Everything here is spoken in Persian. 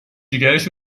جیگرش